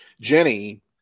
jenny